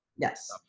Yes